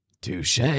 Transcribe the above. Touche